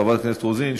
חברת הכנסת רוזין,